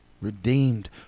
Redeemed